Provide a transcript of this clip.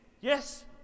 Yes